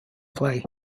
play